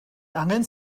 angen